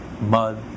mud